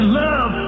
love